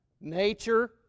Nature